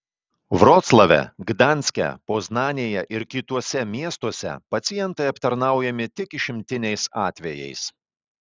vroclave gdanske poznanėje ir kituose miestuose pacientai aptarnaujami tik išimtiniais atvejais